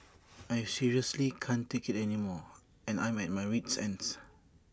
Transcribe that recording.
I seriously can't take IT anymore and I'm at my wit's end